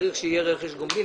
צריך שיהיה רכש גומלין.